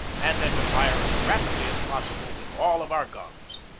and then to fire as rapidly as possible with all of our guns.